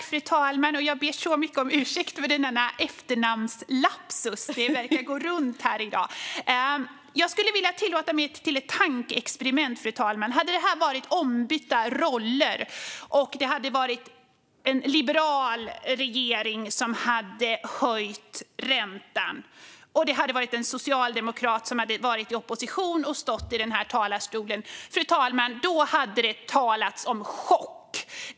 Fru talman! Jag ber så mycket om ursäkt för denna efternamnslapsus. Det verkar gå runt här i dag. Jag skulle vilja tillåta mig ett tankeexperiment, fru talman. Hade det varit ombytta roller och en liberal regering hade höjt räntan och en socialdemokrat i opposition stått i denna talarstol, fru talman, hade det talats om chock.